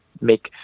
make